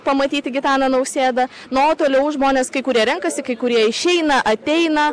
pamatyti gitaną nausėdą na o toliau žmonės kurie renkasi kai kurie išeina ateina